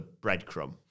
breadcrumb